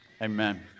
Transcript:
amen